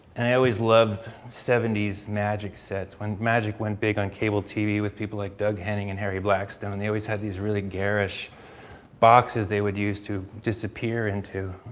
and i always loved seventy s magic sets. when magic went big on cable tv with people like doug henning and harry blackstone, they always had these really garish boxes they would use to disappear into